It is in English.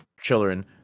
children